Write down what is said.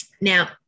Now